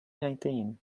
nineteen